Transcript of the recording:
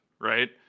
Right